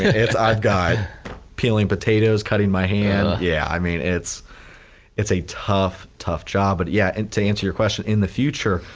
it's, i've got peeling potatoes, cutting my hand, yeah i mean, it's it's a tough tough job. but yeah and to answer your question, in the future,